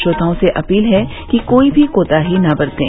श्रोताओं से अपील है कि कोई भी कोताही न बरतें